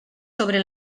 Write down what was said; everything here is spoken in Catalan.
sobre